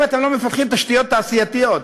אם אתם לא מפתחים תשתיות תעשייתיות,